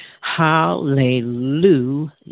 Hallelujah